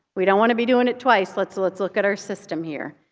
we don't want to be doing it twice. let's let's look at our system here.